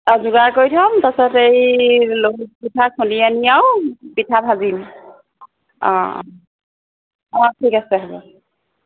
অঁ যোগাৰ কৰি থ'ম তাৰপিছত এই পিঠা খুন্দি আনি আৰু পিঠা ভাজিম অঁ অঁ ঠিক আছে হ'ব